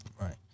Right